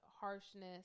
harshness